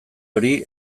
hori